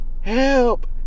help